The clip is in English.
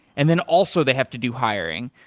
and then also they have to do hiring.